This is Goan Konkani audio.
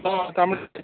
हय तांबडी भाजी